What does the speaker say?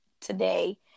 Today